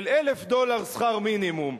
של 1,000 דולר שכר מינימום.